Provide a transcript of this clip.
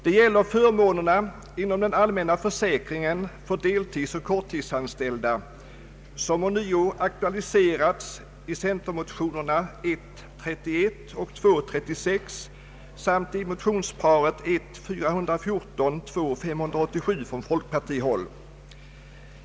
Det gäller förmånerna inom den allmänna försäkringen för deltidsoch korttidsanställda, som ånyo aktualiserats i centerpartimotionerna I:31 och II: 36 samt i motionsparet I:414 och 11: 587 från folkpartihåll.